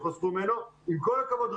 עם כל הכבוד,